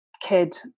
kid